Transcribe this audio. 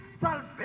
salvation